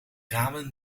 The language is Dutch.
ramen